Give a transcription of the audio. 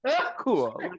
Cool